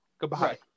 Goodbye